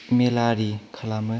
मेला आरि खालामो